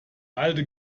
alte